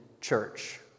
Church